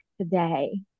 today